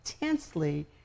intensely